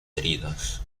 heridos